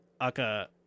Aka